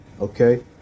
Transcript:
Okay